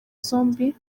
zombi